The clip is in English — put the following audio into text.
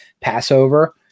Passover